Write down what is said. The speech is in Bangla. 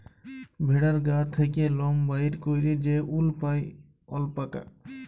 ভেড়ার গা থ্যাকে লম বাইর ক্যইরে যে উল পাই অল্পাকা